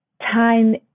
time